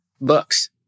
books